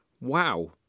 Wow